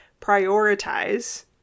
prioritize